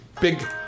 big